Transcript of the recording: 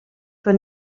für